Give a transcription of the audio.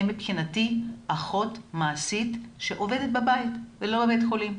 הן אחות מעשית שעובדת בבית ולא בבית חולים.